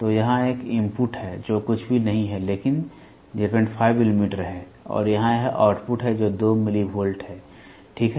तो यहां एक इनपुट है जो कुछ भी नहीं है लेकिन 05 मिमी है और यहां यह आउटपुट है जो 2 मिलीवोल्ट है ठीक है